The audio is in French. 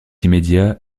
immédiat